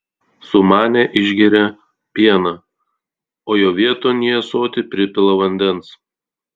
sumanę išgeria pieną o jo vieton į ąsotį pripila vandens